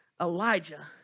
Elijah